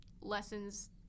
lessons